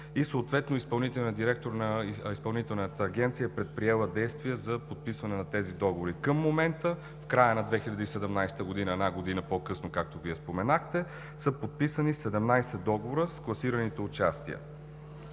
директор на Изпълнителната агенция е предприела действия за подписване на тези договори. В края на 2017 г., една година по-късно, както Вие споменахте, са подписани 17 договора с класираните участия.